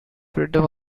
freedom